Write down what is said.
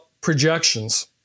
projections